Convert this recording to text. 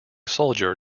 soldier